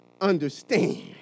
understand